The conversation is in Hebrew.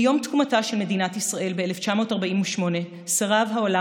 מיום תקומתה של מדינת ישראל ב-1948 סירב העולם